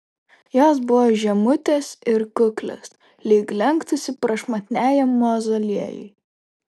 jos buvo žemutės ir kuklios lyg lenktųsi prašmatniajam mauzoliejui